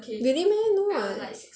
really meh no lah